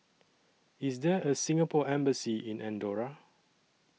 IS There A Singapore Embassy in Andorra